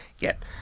Get